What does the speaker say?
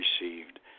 received